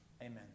Amen